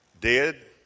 Dead